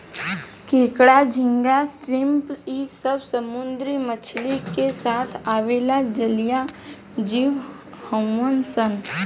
केकड़ा, झींगा, श्रिम्प इ सब समुंद्री मछली के साथ आवेला जलीय जिव हउन सन